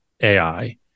AI